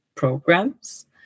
programs